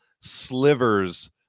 slivers